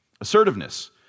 Assertiveness